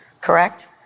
Correct